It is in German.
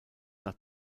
nach